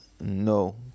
No